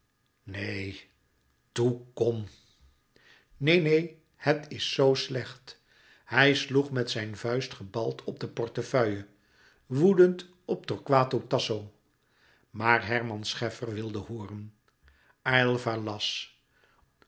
neen toe kom neen neen het is zo slecht hij sloeg met zijn vuist gebald op de portefeuille woedend op torquato tasso maar herman scheffer wilde hooren aylva las